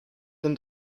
and